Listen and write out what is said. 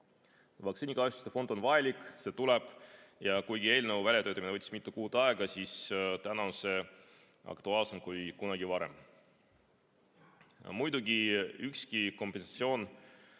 Vaktsiinikahjustuste fond on vajalik, see tuleb, ja kuigi eelnõu väljatöötamine võttis mitu kuud aega, siis täna on see aktuaalsem kui kunagi varem. Muidugi, ükski kompensatsioon